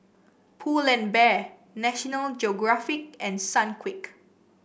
Pull and Bear National Geographic and Sunquick